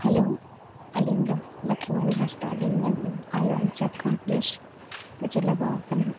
ᱟᱹᱞᱤᱧ ᱫᱚ ᱞᱚᱠᱠᱷᱤᱢᱚᱱᱤ ᱦᱟᱸᱥᱫᱟ ᱞᱤᱧ ᱢᱮᱱᱮᱫᱼᱟ ᱟᱭᱳ ᱟᱧᱪᱟᱟᱨ ᱠᱚᱢᱯᱞᱮᱥ ᱱᱤᱪᱮ ᱞᱟᱜᱟᱣ ᱟᱠᱟᱱᱟ